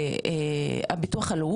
שהוא בעצם אומר תעבדו,